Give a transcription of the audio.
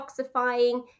detoxifying